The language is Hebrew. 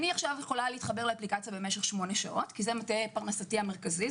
אני יכולה להתחבר לאפליקציה במשך 8 שעות כי זה מקור פרנסתי המרכזי.